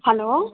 hello